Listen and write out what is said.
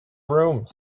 rooms